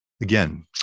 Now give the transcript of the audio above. Again